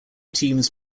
teams